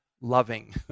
loving